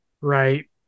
right